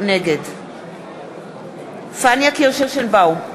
נגד פניה קירשנבאום,